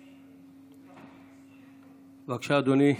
בבקשה, אדוני,